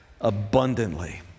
abundantly